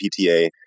PTA